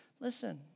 listen